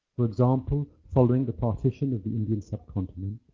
for example following the partition of the indian sub-continent